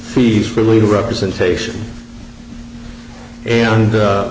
fees for legal representation and